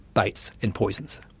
baits and poisons,